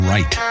Right